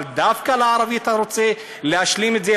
אבל דווקא לערבי אתה רוצה להשלים את זה,